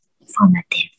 informative